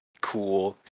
cool